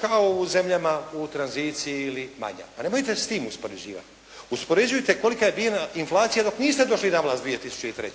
kao u zemljama u tranziciji ili manja, pa nemojte s tim uspoređivati. Uspoređujte kolika je bila inflacija dok niste došli na vlast 2003.